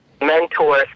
mentor